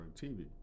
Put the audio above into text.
TV